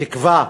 ותקווה